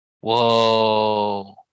Whoa